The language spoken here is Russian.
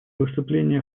выступления